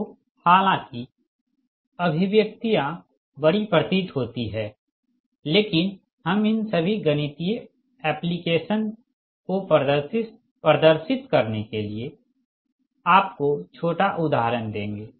तोहालॉकि अभिव्यक्तियाँ बड़ी प्रतीत होती हैं लेकिन हम इन सभी गणितीय एप्लिकेशन को प्रदर्शित करने के लिए आपको छोटा उदाहरण देंगे